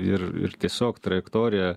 ir ir tiesiog trajektorija